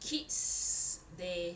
kids they